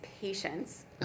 patience